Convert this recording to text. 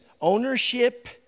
ownership